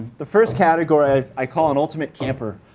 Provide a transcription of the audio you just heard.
the first category i call an ultimate camper,